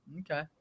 okay